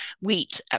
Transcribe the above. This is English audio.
wheat